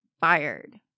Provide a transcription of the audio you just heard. fired